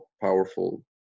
powerful